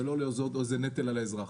ולא לנטל על האזרח.